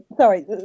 sorry